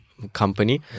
Company